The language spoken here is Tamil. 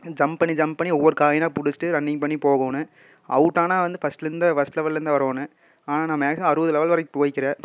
ஜம்ப் பண்ணி ஜம்ப் பண்ணி ஒவ்வொரு காயினாக பிடிச்சிட்டு ரன்னிங் பண்ணி போகணும் அவுட் ஆனால் வந்து ஃபர்ஸ்ட்லேருந்தே ஃபர்ஸ்ட் லெவல்லேருந்து தான் வரணும் ஆனால் நான் மேக்ஸிமம் அறுபது லெவல் வரைக்கும் போயிருக்குறேன்